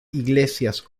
iglesias